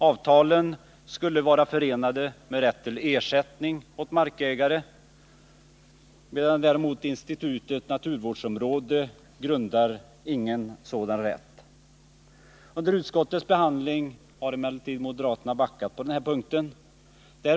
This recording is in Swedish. Avtalen skulle vara förenade med rätt till ersättning åt markägaren, medan däremot institutet naturvårdsområde inte grundar någon sådan rätt. Under utskottets behandling har emellertid moderaterna backat på den här punkten.